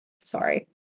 Sorry